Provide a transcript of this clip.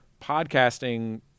podcasting